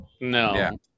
no